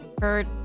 hurt